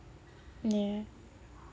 ya